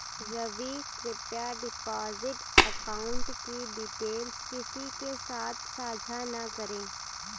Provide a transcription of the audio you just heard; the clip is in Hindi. रवि, कृप्या डिपॉजिट अकाउंट की डिटेल्स किसी के साथ सांझा न करें